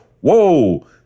whoa